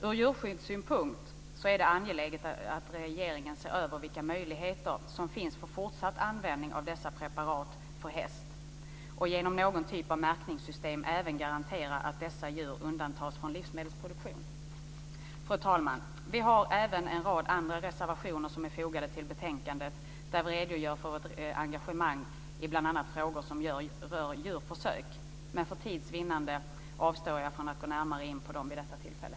Ur djurskyddssynpunkt är det angeläget att regeringen ser över vilka möjligheter som finns för fortsatt användning av dessa preparat för hästar och genom någon typ av märkningssystem även garantera att dessa djur undantas från livsmedelsproduktion. Fru talman! Vi har även en rad andra reservationer som är fogade till betänkandet där vi redogör för vårt engagemang i bl.a. frågor som rör djurförsök. Men för tids vinnande avstår jag från att gå närmare in på dem vid detta tillfälle.